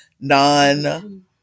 non